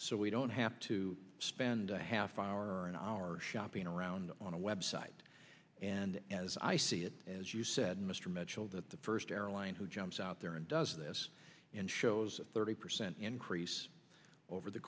so we don't have to spend a half hour or an hour shopping around on a website and as i see it as you said mr mitchell the first airline who jumps out there and does this and shows thirty percent increase over the